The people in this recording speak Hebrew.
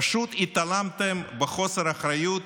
פשוט התעלמתם בחוסר אחריות